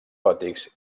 gòtics